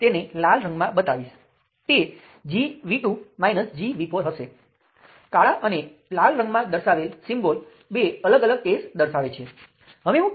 તેથી હું જે મેશ વિશ્લેષણનું વર્ણન કરવા જઈ રહ્યો છું તે ફક્ત આ પ્રકારની સર્કિટને લાગુ પડશે